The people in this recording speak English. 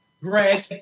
Greg